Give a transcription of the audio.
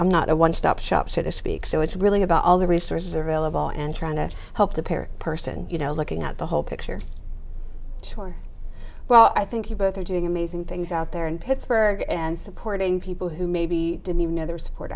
i'm not a one stop shop so to speak so it's really about all the resources available and trying to help the parish person you know looking at the whole picture well i think you both are doing amazing things out there in pittsburgh and supporting people who maybe didn't even know there is support